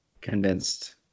convinced